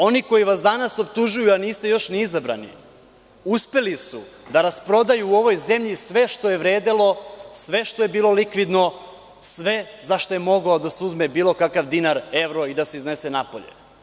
Oni koji vas danas optužuju, a niste još ni izabrani, uspeli su da rasprodaju u ovoj zemlji sve što je vredelo, sve što je bilo likvidno, sve za šta je mogao da se uzme bilo kakav dinar, evro i da se iznese napolje.